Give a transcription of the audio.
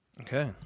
Okay